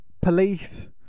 police